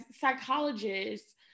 psychologists